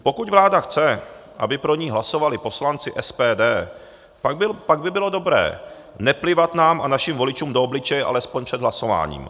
Pokud vláda chce, aby pro ni hlasovali poslanci SPD, pak by bylo dobré neplivat nám a našim voličům do obličeje alespoň před hlasováním.